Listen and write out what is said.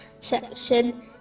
section